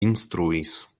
instruis